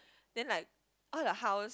then like all the house